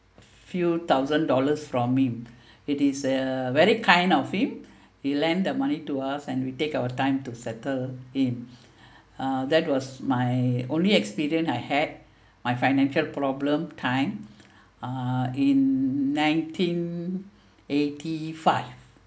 few thousand dollars from him it is uh very kind of him he lent the money to us and we take our time to settle in uh that was my only experience I had my financial problem time uh in nineteen eighty five